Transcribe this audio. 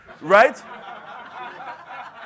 right